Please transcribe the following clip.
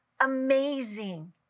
amazing